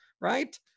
right